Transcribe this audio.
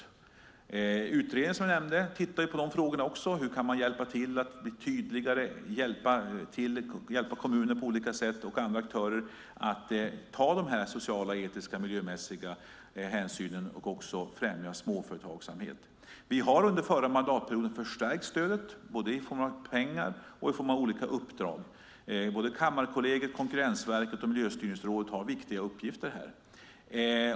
Den utredning som jag nämnde tittar på de frågorna, hur man kan hjälpa till med större tydlighet, hjälpa kommuner och andra aktörer att ta sociala, etiska och miljömässiga hänsyn och också främja småföretagsamhet. Vi har under förra mandatperioden förstärkt stödet, både i form av pengar och i form av olika uppdrag. Både Kammarkollegiet, Konkurrensverket och Miljöstyrningsrådet har viktiga uppgifter här.